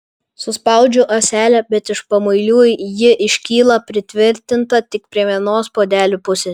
suspaudžiu ąselę bet iš pamuilių ji iškyla pritvirtinta tik prie vienos puodelio pusės